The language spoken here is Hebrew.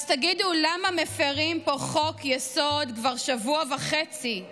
אז תגידו, למה מפירים פה חוק-יסוד כבר שבוע וחצי?